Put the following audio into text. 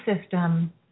system